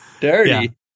Dirty